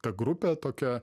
ta grupė tokia